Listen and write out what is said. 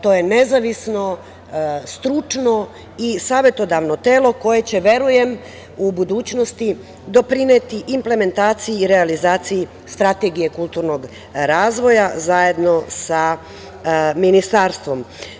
To je nezavisno, stručno i savetodavno telo koje će, verujem, u budućnosti doprineti implementaciji i realizaciji strategije kulturnog razvoja zajedno sa Ministarstvom.